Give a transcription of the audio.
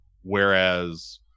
Whereas